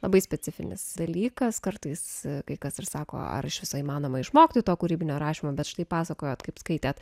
labai specifinis dalykas kartais kai kas ir sako ar iš viso įmanoma išmokti to kūrybinio rašymo bet štai pasakojot kaip skaitėt